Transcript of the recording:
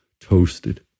toasted